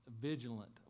vigilant